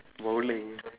bowling